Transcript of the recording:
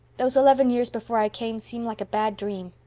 those eleven years before i came seem like a bad dream.